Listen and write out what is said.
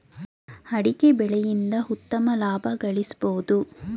ಅಡಿಕೆ ಬೆಳೆಯಿಂದ ಉತ್ತಮ ಲಾಭ ಗಳಿಸಬೋದು